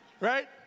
right